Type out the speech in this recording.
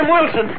Wilson